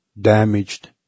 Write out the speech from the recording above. damaged